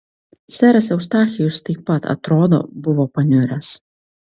seras eustachijus taip pat atrodo buvo paniuręs